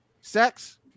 sex